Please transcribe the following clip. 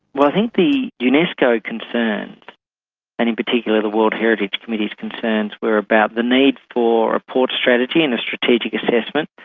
well, i think the unesco concerns and in particular the world heritage committee's concerns were about the need for a port strategy and a strategic assessment,